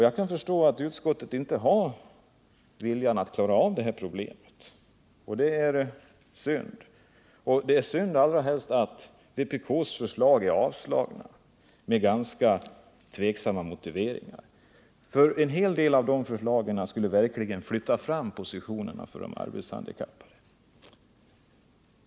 Jag kan förstå att utskottet inte har viljan att klara av detta problem. Detta är synd, allra helst som vpk:s förslag är avstyrkta med ganska tvivelaktiga motiveringar. En hel del av förslagen skulle verkligen flytta fram positionerna för arbetshandikappade.